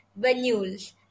venules